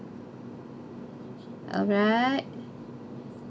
alright